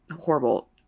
horrible